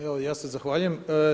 Evo ja se zahvaljujem.